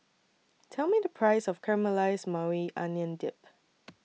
Tell Me The Price of Caramelized Maui Onion Dip